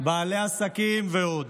בעלי עסקים ועוד,